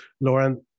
Lauren